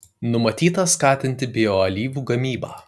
numatyta skatinti bioalyvų gamybą